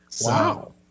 Wow